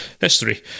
History